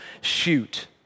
shoot